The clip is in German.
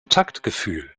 taktgefühl